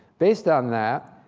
based on that,